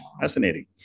Fascinating